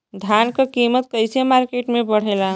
धान क कीमत कईसे मार्केट में बड़ेला?